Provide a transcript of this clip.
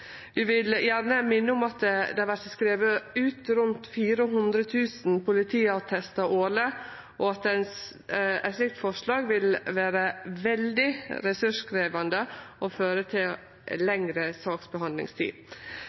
Vi vil gjerne minne om at det vert skrive ut rundt 400 000 politiattestar årleg, og at eit slikt forslag vil vere veldig resurskrevjande og føre til lengre saksbehandlingstid.